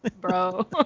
bro